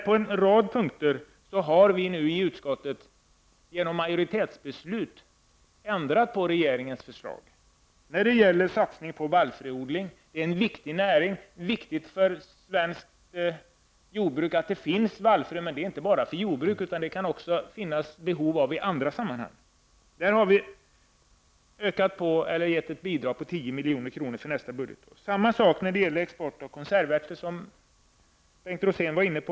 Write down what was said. På en rad punkter har vi nu i utskottet genom majoritetsbeslut ändrat i regeringens förslag. Det gäller t.ex. satsningen på vallfröodling, som är en viktig näring. Det är viktigt för svenskt jordbruk att det finns vallfrön. Det är viktigt inte bara för jordbruket, utan behov av vallfrön kan finnas också i andra sammanhang. Vi föreslår här ett bidrag på Detsamma gäller exporten av konservärtor, som Bengt Rosén var inne på.